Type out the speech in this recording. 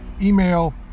email